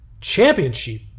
championship